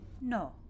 No